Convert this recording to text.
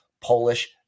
Polish